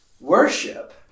worship